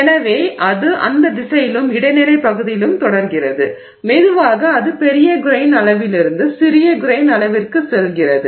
எனவே அது அந்த திசையிலும் இடைநிலை பகுதியிலும் தொடர்கிறது மெதுவாக அது பெரிய கிரெய்ன் அளவிலிருந்து சிறிய கிரெய்ன் அளவிற்கு செல்கிறது